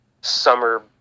summer